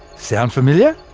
sound familiar?